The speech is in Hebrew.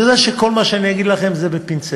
אני יודע שכל מה שאני אגיד לכם זה בפינצטה,